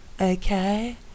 okay